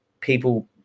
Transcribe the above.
people